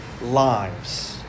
lives